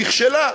נכשלה,